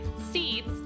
seeds